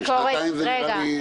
שנתיים זה נראה לי --- רגע,